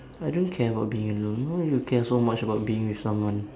I don't care about being alone why would you care so much about being with someone